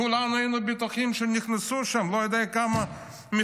כולנו היינו בטוחים שנכנסו לשם כמה מחבלים,